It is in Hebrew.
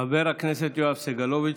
חבר הכנסת יואב סגלוביץ',